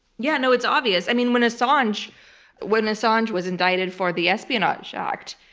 yeah, no, it's obvious. i mean, when assange when assange was indicted for the espionage act,